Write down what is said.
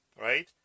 right